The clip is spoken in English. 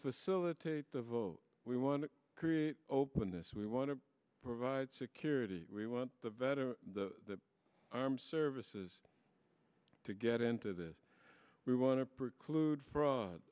facilitate the vote we want to create open this we want to provide security we want the vetter the armed services to get into this we want to preclude fraud